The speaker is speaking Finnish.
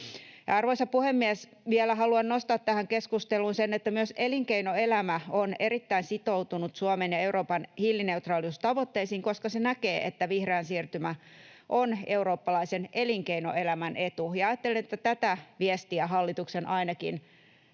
Arvoisa puhemies! Vielä haluan nostaa tähän keskusteluun sen, että myös elinkeinoelämä on erittäin sitoutunut Suomen ja Euroopan hiilineutraaliustavoitteisiin, koska se näkee, että vihreä siirtymä on eurooppalaisen elinkeinoelämän etu, ja ajattelen, että tätä viestiä hallituksen ainakin